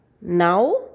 Now